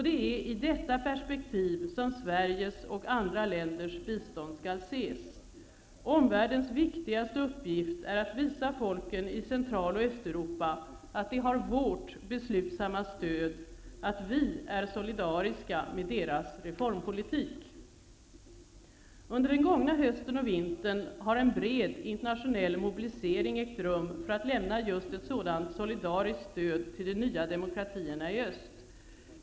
Det är i detta perspektiv som Sveriges och andra länders bistånd skall ses. Omvärldens viktigaste uppgift är att visa folken i Central och Östeuropa att de har vårt beslutsamma stöd och att vi ställer oss solidariska med deras reformpolitik. Under den gångna hösten och vintern har en bred internationell mobilisering ägt rum för att lämna ett sådant solidariskt stöd till de nya demokratierna i öst.